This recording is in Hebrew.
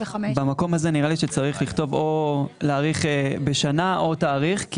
במקום הזה נראה לי שצריך לכתוב או להאריך בשנה או תאריך.